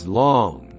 long